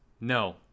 No